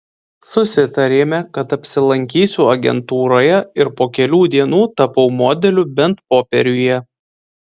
susitarėme kad apsilankysiu agentūroje ir po kelių dienų tapau modeliu bent popieriuje